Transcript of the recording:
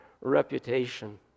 reputation